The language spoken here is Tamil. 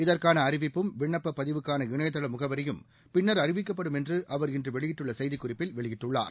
இதற்கான அறிவிப்பும் விண்ணப்ப பதிவுக்கான இணையதள முகவரியும் பின்னர் அறிவிக்கப்படும் என்று அவர் இன்று வெளியிட்டுள்ள செய்திக்குறிப்பில் வெளியிட்டுள்ளார்